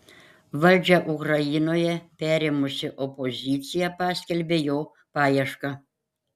valdžią ukrainoje perėmusi opozicija paskelbė jo paiešką